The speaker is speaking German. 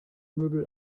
möbel